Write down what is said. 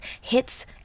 hits